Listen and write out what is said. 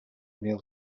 mil